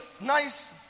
nice